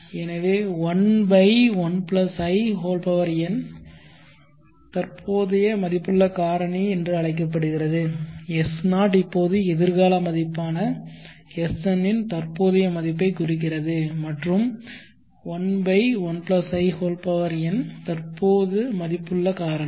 எனவே 11in தற்போதைய மதிப்புள்ள காரணி என்று அழைக்கப்படுகிறது S0 இப்போது எதிர்கால மதிப்பான Sn இன் தற்போதைய மதிப்பைக் குறிக்கிறது மற்றும் 1 1 in தற்போது மதிப்புள்ள காரணி